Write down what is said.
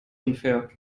unfair